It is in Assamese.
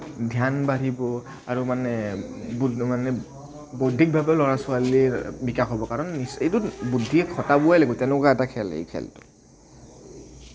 ধ্যান বাঢ়িব আৰু মানে বৌদ্ধিক ভাৱে ল'ৰা ছোৱালীৰ বিকাশ হ'ব কাৰণ এইটো বুদ্ধি খটাবই লাগিব তেনেকুৱা এটা খেল এই খেলটো